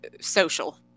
Social